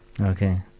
Okay